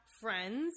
friends